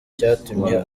cyatumye